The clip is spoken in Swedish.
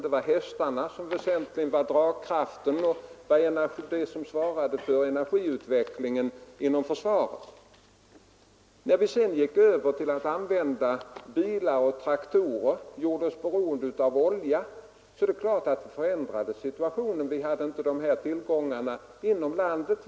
Då var hästarna den väsentliga dragkraften. Det var de som svarade för energiförsörjningen inom försvaret. När man sedan övergick till att använda bilar och traktorer och därmed gjorde sig beroende av oljan, så förändrades givetvis situationen. Vi har ju inte några oljetillgångar inom landet.